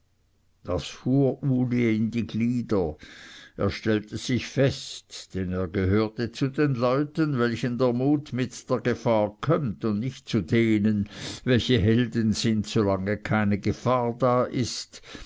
in die glieder er stellte sich fest denn er gehörte zu den leuten welchen der mut mit der gefahr kömmt und nicht zu denen welche helden sind solange keine gefahr da ist